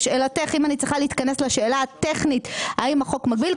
לשאלתך אם אני צריכה להתכנס לשאלה הטכנית האם החוק מגביל,